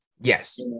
Yes